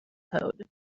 code